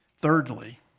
Thirdly